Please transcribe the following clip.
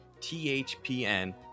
THPN